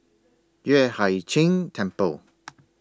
Yueh Hai Ching Temple